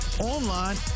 online